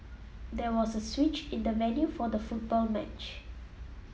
there was a switch in the venue for the football match